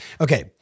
Okay